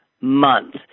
month